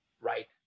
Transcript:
right